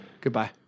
Goodbye